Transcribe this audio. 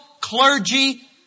clergy